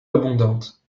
abondante